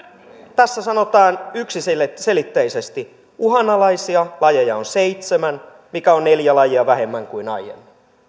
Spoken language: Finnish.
tässä sanotaan yksiselitteisesti uhanalaisia lajeja on seitsemän mikä on neljä lajia vähemmän kuin aiemmin